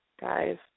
guys